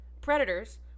predators